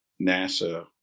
NASA